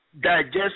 digest